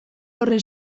horren